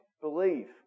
believe